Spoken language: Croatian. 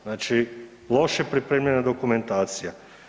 Znači loše pripremljena dokumentacija.